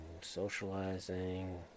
Socializing